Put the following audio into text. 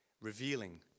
revealing